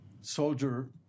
soldier